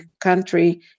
country